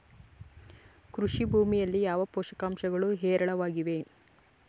ಕೃಷಿ ಭೂಮಿಯಲ್ಲಿ ಯಾವ ಪೋಷಕಾಂಶಗಳು ಹೇರಳವಾಗಿವೆ?